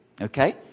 Okay